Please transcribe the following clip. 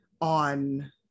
on